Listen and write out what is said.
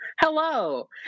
hello